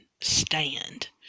stand